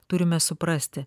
turime suprasti